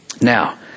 now